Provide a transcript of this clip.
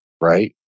right